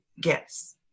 gifts